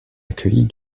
accueillie